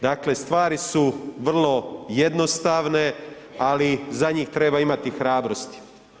Dakle, stvari su vrlo jednostavne, ali za njih treba imati hrabrosti.